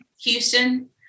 houston